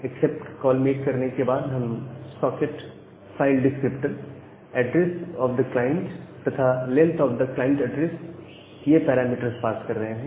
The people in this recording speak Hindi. एक्सेप्ट कॉल मेक करने के बाद हम socket file descriptor address of the client तथा length of the client address यह पैरामीटर्स पास कर रहे हैं